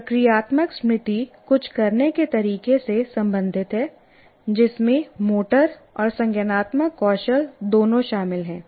प्रक्रियात्मक स्मृति कुछ करने के तरीके से संबंधित है जिसमें मोटर और संज्ञानात्मक कौशल दोनों शामिल हैं